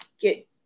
get